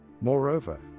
Moreover